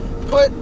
put